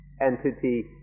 entity